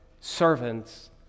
servants